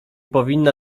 powinna